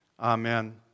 Amen